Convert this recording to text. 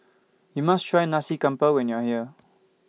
YOU must Try Nasi Campur when YOU Are here